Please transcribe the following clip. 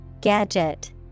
Gadget